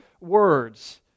words